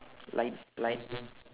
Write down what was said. light light